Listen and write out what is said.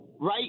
right